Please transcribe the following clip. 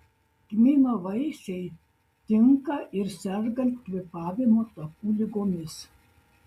kmyno vaisiai tinka ir sergant kvėpavimo takų ligomis